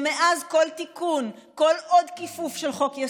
ומאז כל תיקון, כל עוד כיפוף של חוק-יסוד,